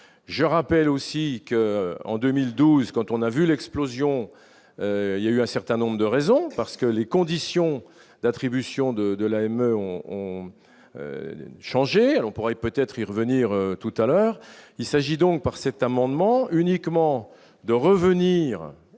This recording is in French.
je rappelle aussi que, en 2012, quand on a vu l'explosion il y a eu un certain nombre de raisons, parce que les conditions d'attribution de de l'AME on change, on pourrait peut-être y revenir tout à l'heure, il s'agit donc par cet amendement uniquement de revenir